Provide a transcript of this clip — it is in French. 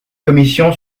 commission